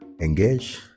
engage